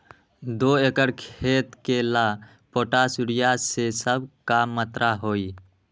दो एकर खेत के ला पोटाश, यूरिया ये सब का मात्रा होई?